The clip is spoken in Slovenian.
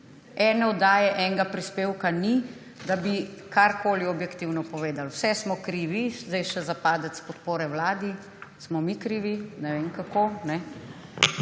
Ene oddaje, enega prispevka ni, da bi karkoli objektivno povedali. Vse smo krivi, zdaj še za padec podpore vladi. Vse smo mi krivi. Ne vem, kako. Kar